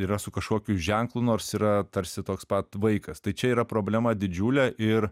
yra su kažkokiu ženklu nors yra tarsi toks pat vaikas tai čia yra problema didžiulė ir